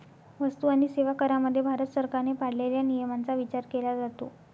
वस्तू आणि सेवा करामध्ये भारत सरकारने पाळलेल्या नियमांचा विचार केला जातो